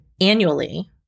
annually